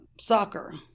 soccer